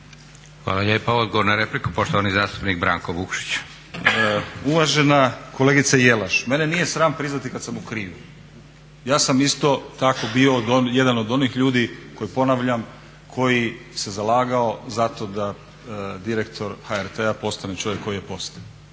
Hvala lijepo. Odgovor na repliku, poštovani zastupnik Branko Vukšić. **Vukšić, Branko (Nezavisni)** Uvažena kolegice Jelaš, mene nije sram priznati kada sam u krivu. Ja sam isto tako bio jedan od onih ljudi koji ponavljam koji se zalagao za to da direktor HRT-a postane čovjek koji je postao.